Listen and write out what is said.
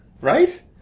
Right